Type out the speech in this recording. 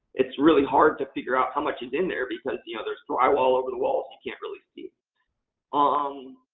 it's really hard to figure out how much is in there because ah there's drywall all over the walls. you can't really see it. um